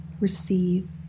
receive